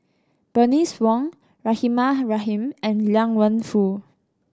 Bernice Wong Rahimah Rahim and Liang Wenfu